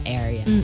area